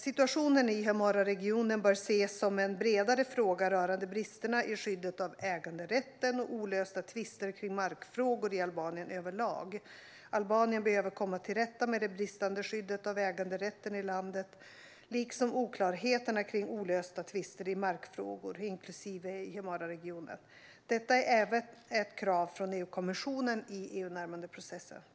Situationen i Himarëregionen bör ses som en bredare fråga rörande bristerna i skyddet av äganderätten och olösta tvister kring markfrågor i Albanien överlag. Albanien behöver komma till rätta med det bristande skyddet av äganderätten i landet liksom oklarheterna kring olösta tvister i markfrågor, inklusive i Himarëregionen. Detta är även ett krav från EU-kommissionen i EU-närmandeprocessen.